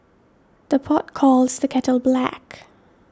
the pot calls the kettle black